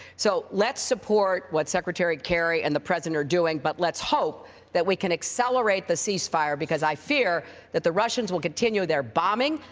so let's support what secretary kerry and the president are doing, but let's hope that we can accelerate the cease-fire, because i fear that the russians will continue their bombing,